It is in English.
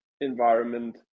environment